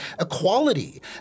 equality